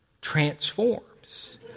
transforms